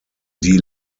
die